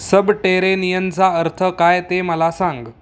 सबटेरेनियनचा अर्थ काय ते मला सांग